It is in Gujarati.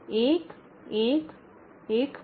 ૧ ૧ ૧